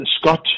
scott